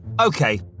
Okay